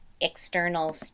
external